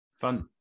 fun